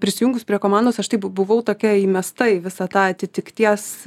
prisijungus prie komandos aš taip buvau tokia įmesta į visą tą atitikties